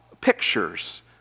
pictures